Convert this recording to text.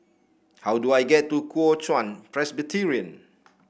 how do I get to Kuo Chuan Presbyterian